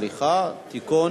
סליחה, תיקון.